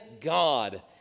God